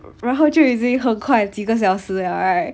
然后就已经很快几个小时了 right